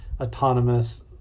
autonomous